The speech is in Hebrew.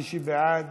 מי שבעד